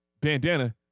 bandana